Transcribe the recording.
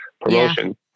promotion